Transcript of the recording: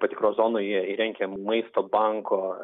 patikros zonoje įrengę maisto banko